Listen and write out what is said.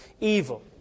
evil